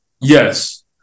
Yes